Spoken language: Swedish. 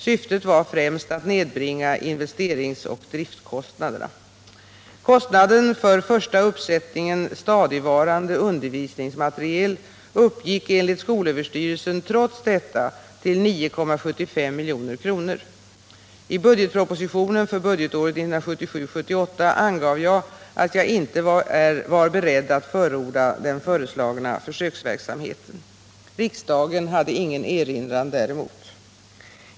Syftet var främst att nedbringa investeringsoch driftkostnaderna. Kostnaden för första uppsättningen stadigvarande undervisningsmateriel uppgick enligt skolöverstyrelsen trots detta till 9,75 milj.kr. I budgetpropositionen för budgetåret 1977/78 angav jag att jag inte var beredd att förorda den föreslagna försöksverksamheten. Riksdagen hade ingen erinran däremot.